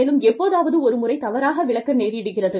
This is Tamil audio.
மேலும் எப்போதாவது ஒரு முறை தவறாக விளக்க நேரிடுகிறது